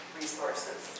resources